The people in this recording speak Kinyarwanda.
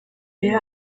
aya